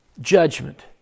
judgment